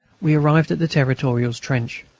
we arrived at the territorials' trench.